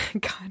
God